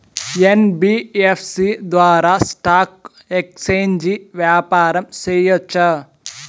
NBFC ద్వారా stock exchange వ్యాపారం సేయొచ్చా?